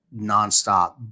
nonstop